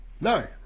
No